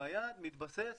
והיעד מתבסס